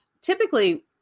typically